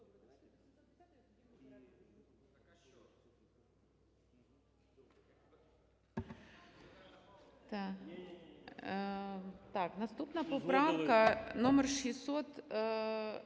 Наступна поправка номер 485,